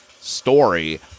Story